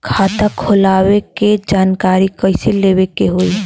खाता खोलवावे के जानकारी कैसे लेवे के होई?